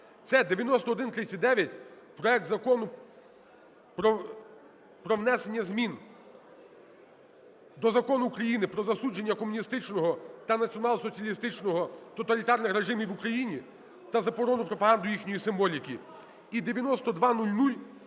Це 9139: проект Закону про внесення змін до Закону України "Про засудження комуністичного та націонал-соціалістичного тоталітарних режимів в Україні та заборону пропаганди їхньої символіки". І 9200: